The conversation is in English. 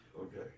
Okay